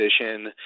position